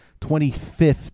25th